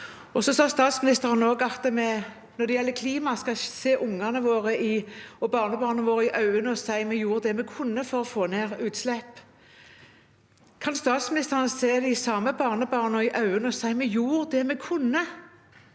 gang. Statsministeren sa at når det gjelder klima, skal vi kunne se ungene våre og barnebarna våre i øynene og si: Vi gjorde det vi kunne for å få ned utslippene. Kan statsministeren se de samme barnebarna i øynene og si at vi gjorde det vi kunne